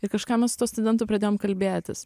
ir kažką mes su tuo studentu pradėjom kalbėtis